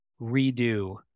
redo